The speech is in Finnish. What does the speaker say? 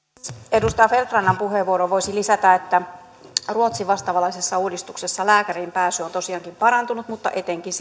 edustaja feldt rannan puheenvuoroon voisi lisätä että ruotsin vastaavanlaisessa uudistuksessa lääkäriin pääsy on tosiaankin parantunut mutta etenkin